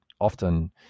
often